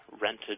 rented